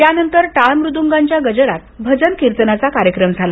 त्यानंतर टाळ मृद्गांच्या गजरात भजन कीर्तनाचा कार्यक्रम झाला